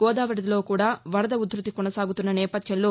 గోదావరిలో కూడా వరద ఉధృతి కొనసాగుతున్న నేపథ్యంలో